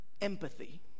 empathy